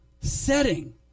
setting